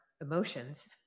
emotions